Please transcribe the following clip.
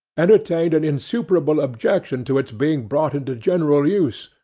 entertained an insuperable objection to its being brought into general use,